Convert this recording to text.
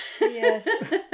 yes